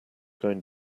going